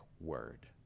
word